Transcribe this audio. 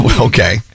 okay